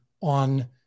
on